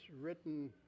written